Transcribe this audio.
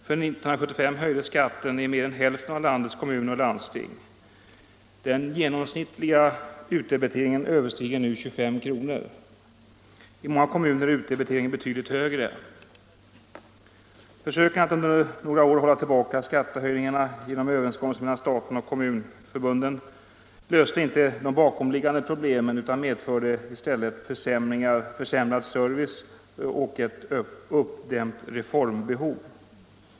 För 1975 höjdes skatten i mer än hälften av landets kommuner och landsting. Den genomsnittliga utdebiteringen överstiger nu 25 kr. I många kommuner är utdebiteringen betydligt högre. Försöken att under några år hålla tillbaka skattehöjningarna genom överenskommelser mellan staten och kommunförbunden löste inte de bakomliggande problemen utan medförde i stället försämrad service och ett uppdämt reformbehov.